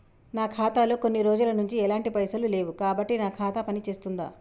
నా ఖాతా లో కొన్ని రోజుల నుంచి ఎలాంటి పైసలు లేవు కాబట్టి నా ఖాతా పని చేస్తుందా?